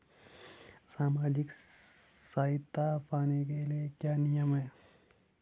सामाजिक सहायता पाने के लिए क्या नियम हैं?